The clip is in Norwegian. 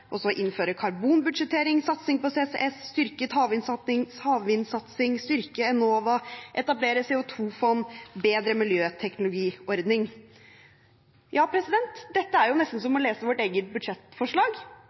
innføre karbonbudsjettering, satse på CCS, styrke havvindsatsingen, styrke Enova, etablere CO 2 -fond og få en bedre miljøteknologiordning. Dette er nesten